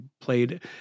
played